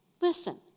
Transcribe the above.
listen